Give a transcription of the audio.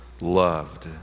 loved